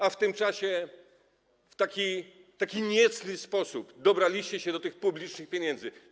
A w tym czasie w taki niecny sposób dobraliście się do tych publicznych pieniędzy.